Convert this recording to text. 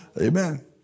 Amen